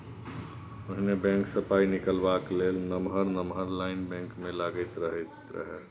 पहिने बैंक सँ पाइ निकालबाक लेल नमहर नमहर लाइन बैंक मे लागल रहैत रहय